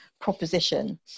proposition